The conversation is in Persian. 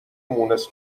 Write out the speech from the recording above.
مونس